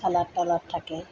salad তালাড থাকে